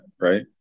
Right